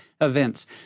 events